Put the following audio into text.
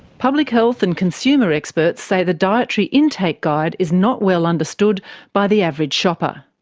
public health and consumer experts say the dietary intake guide is not well understood by the average shopper.